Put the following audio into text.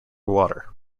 water